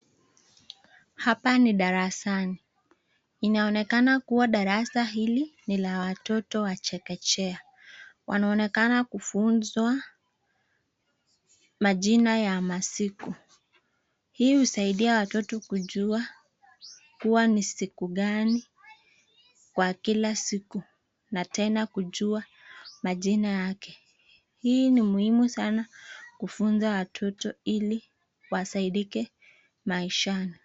Hapa ni darasani inaonekana kuwa darasa hili ni la watoto wa chekechea, wanaonekana kufunzwa majina ya masiku, hii husaidia watoto kujua kuwa ni siku gani kwa kila siku na tena kujua majina yake hii ni muhimu sana kufunza watoto ili wasaidike maishani.